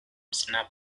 snuff